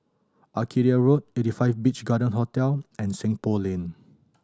Arcadia Road Eighty Five Beach Garden Hotel and Seng Poh Lane